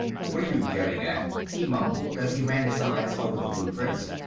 what are you getting at? he mumbled as he ran his eyes over the blueprints.